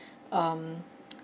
um